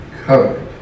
covered